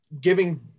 giving